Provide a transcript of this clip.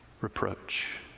reproach